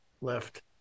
left